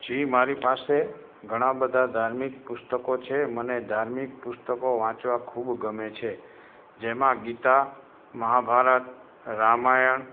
જી મારી પાસે ઘણાં બધાં ધાર્મિક પુસ્તકો છે મને ધાર્મિક પુસ્તકો વાંચવા ખૂબ ગમે છે જેમાં ગીતા મહાભારત રામાયણ